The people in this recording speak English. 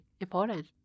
important